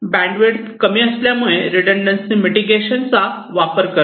bandwidth कमी असल्यामुळे redundancy mitigation चा वापर करणे